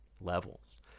levels